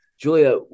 Julia